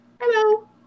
Hello